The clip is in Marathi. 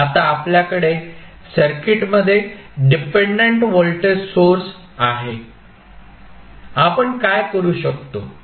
आता आपल्याकडे सर्किटमध्ये डिपेंडंट व्होल्टेज सोर्स आहे आपण काय करू शकतो